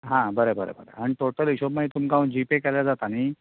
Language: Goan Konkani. हां बरें बरें बरें आनी टोटल हिशोब मागीर तुमकां हांव जी पे केल्यार जाता न्हय